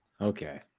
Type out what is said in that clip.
okay